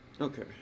Okay